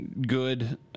good